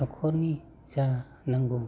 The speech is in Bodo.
न'खरनि जा नांगौ